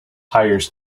hires